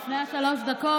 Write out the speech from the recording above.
לפני שלוש הדקות,